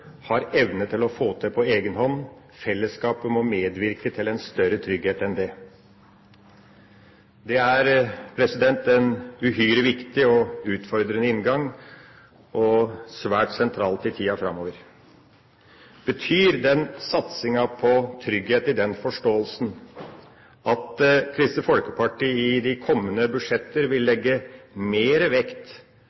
har evne til å få til på egen hånd, fellesskapet må medvirke til en større trygghet enn det. Det er en uhyre viktig og utfordrende inngang og svært sentralt i tida framover. Betyr den satsinga på trygghet – i den forståelsen – at Kristelig Folkeparti i de kommende budsjetter vil